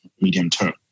medium-term